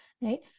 right